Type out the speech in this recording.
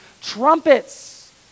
trumpets